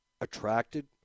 attracted